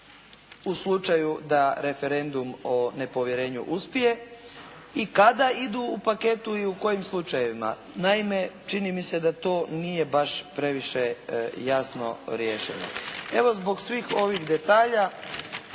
u slučaju da referendum o nepovjerenju uspije i kada idu u paketu i u kojim slučajevima. Naime, čini mi se da to nije baš previše jasno riješeno. Evo, zbog svih ovih detalja